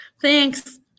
Thanks